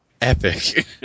epic